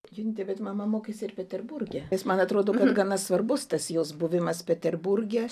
junyte bet mama mokėsi ir peterburge nes man atrodo kad gana svarbus tas jos buvimas peterburge